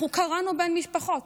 אנחנו קרענו בין משפחות.